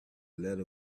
letter